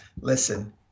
listen